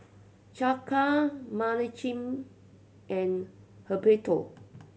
Chaka Menachem and Humberto